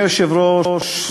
אדוני היושב-ראש,